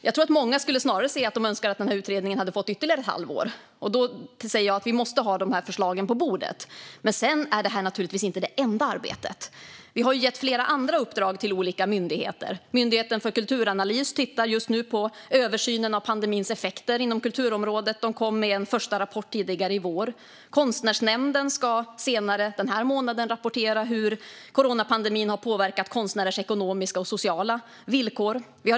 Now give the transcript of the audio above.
Jag tror att många snarare hade velat att utredningen fick ytterligare ett halvår, men jag säger att vi måste ha förslagen på bordet. Men sedan är detta naturligtvis inte det enda arbetet. Vi har gett flera andra uppdrag till olika myndigheter. Myndigheten för kulturanalys tittar just nu på översynen av pandemins effekter inom kulturområdet och kom med en första rapport tidigare i vår. Konstnärsnämnden ska senare denna månad rapportera om hur coronapandemin har påverkat konstnärers ekonomiska och sociala villkor.